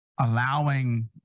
Allowing